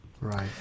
Right